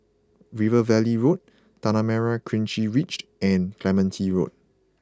River Valley Road Tanah Merah Kechil Ridged and Clementi Road